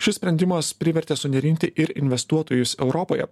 šis sprendimas privertė sunerimti ir investuotojus europoje